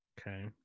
Okay